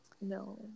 No